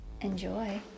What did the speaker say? enjoy